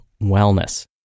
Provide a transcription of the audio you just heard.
wellness